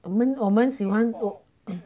我们我们喜欢做